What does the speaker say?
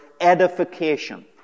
edification